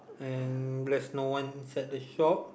and there's no one inside the shop